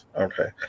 okay